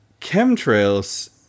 chemtrails